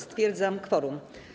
Stwierdzam kworum.